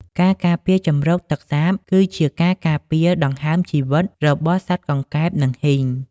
ការការពារជម្រកទឹកសាប គឺជាការការពារដង្ហើមជីវិតរបស់សត្វកង្កែប និងហ៊ីង។